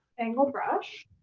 angle brush.